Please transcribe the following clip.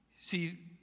See